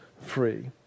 free